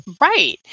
Right